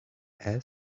and